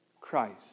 Christ